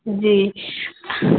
जी